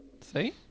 See